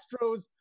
Astros –